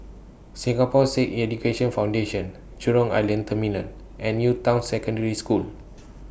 Singapore Sikh Education Foundation Jurong Island Terminal and New Town Secondary School